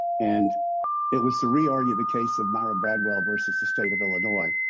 and it was to re-argue the case of myra bradwell versus the state of illinois,